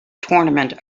tournament